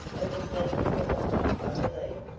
it was left in the lock i believe.